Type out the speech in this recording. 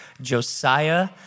josiah